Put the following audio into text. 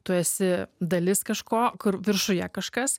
tu esi dalis kažko kur viršuje kažkas